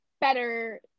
better